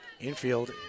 Infield